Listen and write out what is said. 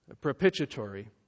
Propitiatory